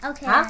Okay